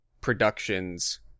productions